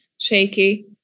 shaky